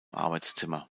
arbeitszimmer